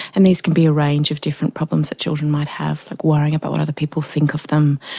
and these can be a range of different problems that children might have, like worrying about what other people think of them,